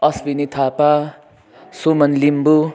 Ashwini Thapa Suman Limbu